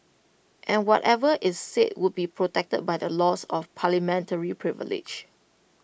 and whatever is said would be protected by the laws of parliamentary privilege